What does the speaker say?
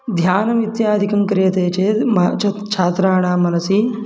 ध्यानम् इत्यादिकं क्रियते चेत् म च छात्राणां मनसि